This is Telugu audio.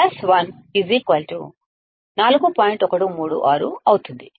136 అవుతుంది